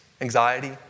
Anxiety